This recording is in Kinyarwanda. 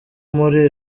muri